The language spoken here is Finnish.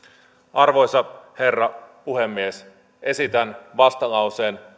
arvoisa herra puhemies esitän vastalauseen